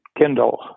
kindle